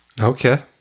Okay